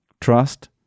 Trust